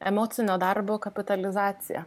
emocinio darbo kapitalizacija